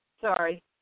Sorry